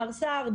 מר סער הראל,